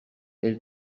elle